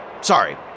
Sorry